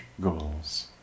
goals